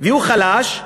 הוא החלש.